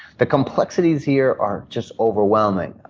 the complexities here are just overwhelming.